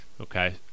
Okay